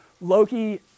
loki